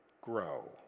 grow